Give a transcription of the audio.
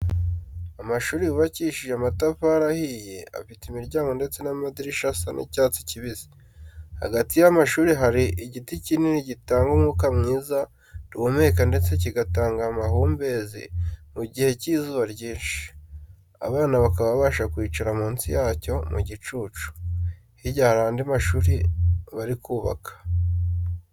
Amashuri yubakishije amatafari ahiye, afite imiryango ndetse n'amadirishya asa icyatsi kibisi. Hagati y'amashuri hari igiti kinini gitanga umwuka mwiza duhumeka ndetse kigatanga amahumbezi mu gihe cy'izuba ryinshi, abana bakaba babasha kwicara munsi yacyo mu gicucu. Hirya hari andi mashuri bari kubaka.